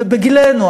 בגילנו,